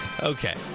Okay